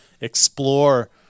explore